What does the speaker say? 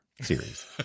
series